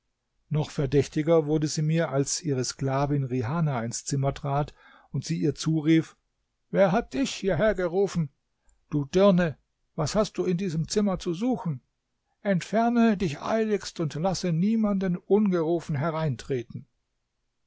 noch verdächtiger wurde sie mir als ihre sklavin rihana ins zimmer trat und sie ihr zurief wer hat dich hierhergerufen du dirne was hast du in diesem zimmer zu suchen entferne dich eiligst und lasse niemanden ungerufen hereintreten